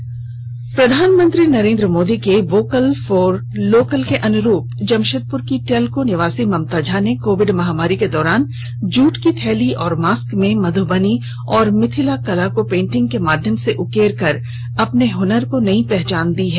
में प्रधानमंत्री नरेंद्र मोदी के वोकल फॉर लोकल के अनुरूप जमशेदपुर की टेल्को निवासी ममता झा ने कोविड महामारी के दौरान जूट की थैली और मास्क में मधुबनी और मिथिला कला को पेंटिंग के माध्यम से उकेर कर अपने हुनर को नई पहचान दी है